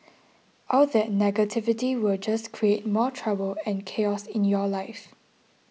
all that negativity will just create more trouble and chaos in your life